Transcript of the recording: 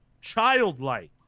childlike